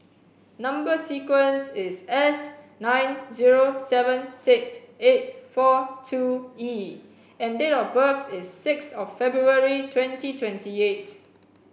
number sequence is S nine zero seven six eight four two E and date of birth is six of February twenty twenty eight